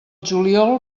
juliol